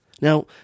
Now